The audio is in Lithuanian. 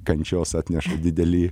kančios atneša didelį